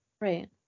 right